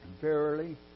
Verily